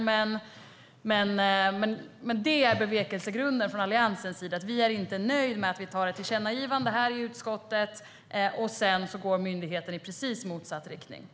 Men bevekelsegrunden från Alliansens sida är alltså att vi inte är nöjda med att myndigheten går i precis motsatt riktning efter att vi i utskottet antagit ett tillkännagivande.